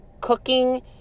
cooking